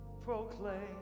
proclaim